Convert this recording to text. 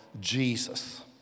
Jesus